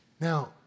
Now